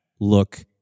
look